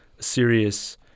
serious